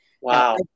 Wow